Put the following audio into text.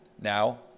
now